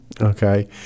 okay